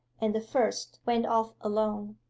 and the first went off alone.